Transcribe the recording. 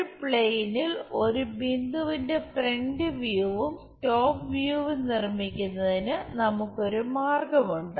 ഒരു പ്ലെയിനിൽ ഒരു ബിന്ദുവിന്റെ ഫ്രന്റ് വ്യൂവും ടോപ് വ്യൂവും നിർമ്മിക്കുന്നതിന് നമുക്കൊരു മാർഗമുണ്ട്